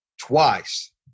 twice